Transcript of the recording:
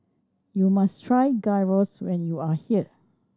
you must try Gyros when you are here